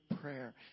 prayer